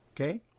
Okay